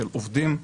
של עובדים.